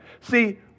See